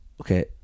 Okay